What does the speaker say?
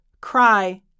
cry